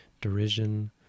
derision